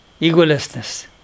egolessness